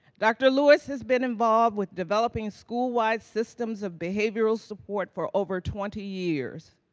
dr. lewis has been involved with developing schoolwide systems of behavioral support for over twenty years.